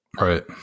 Right